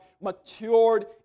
matured